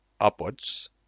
upwards